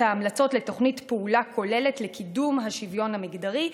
ההמלצות לתוכנית פעולה כוללת לקידום השוויון המגדרי,